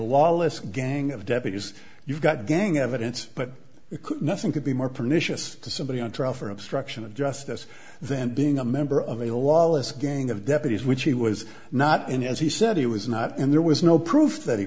lawless gang of deputies you've got gang evidence but it could nothing could be more pernicious to somebody on trial for obstruction of justice then being a member of a lawless gang of deputies which he was not in as he said he was not and there was no proof that he